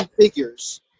figures